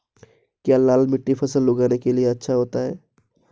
क्या लाल मिट्टी फसल उगाने के लिए अच्छी होती है?